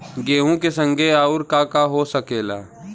गेहूँ के संगे आऊर का का हो सकेला?